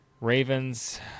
Ravens